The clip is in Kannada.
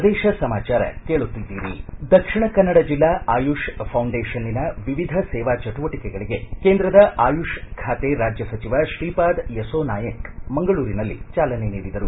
ಪ್ರದೇಶ ಸಮಾಚಾರ ಕೇಳುತ್ತಿದ್ದೀರಿ ದಕ್ಷಿಣ ಕನ್ನಡ ಜಿಲ್ಲಾ ಆಯುಷ್ ಫೌಂಡೇಷನ್ನವಿವಿಧ ಸೇವಾ ಚಟುವಟಿಕೆಗಳಿಗೆ ಕೇಂದ್ರದ ಆಯುಷ್ ಖಾತೆ ರಾಜ್ಯ ಸಚಿವ ಶ್ರೀಪಾದ್ ಯಸೋ ನಾಯಕ್ ಮಂಗಳೂರಿನಲ್ಲಿ ಚಾಲನೆ ನೀಡಿದರು